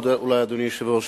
אדוני היושב-ראש,